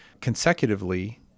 consecutively